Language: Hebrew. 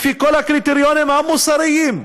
לפי כל הקריטריונים המוסריים,